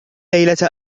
ليلة